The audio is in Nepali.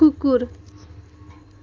कुकुर